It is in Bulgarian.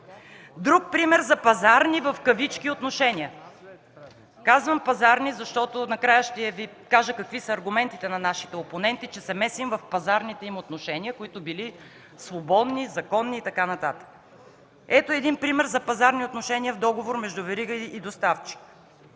Друг пример за „пазарни” отношения. Казвам „пазарни”, защото накрая ще Ви кажа какви са аргументите на нашите опоненти, че се месим в пазарните им отношения, които били свободни, законни и така нататък. Ето един пример за пазарни отношения в договор между верига и доставчик,